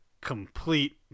complete